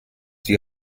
die